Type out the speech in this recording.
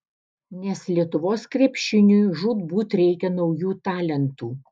nes lietuvos krepšiniui žūtbūt reikia naujų talentų